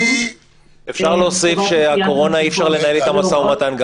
--- אפשר להוסיף שהקורונה אי-אפשר לנהל איתה משא ומתן.